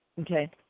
Okay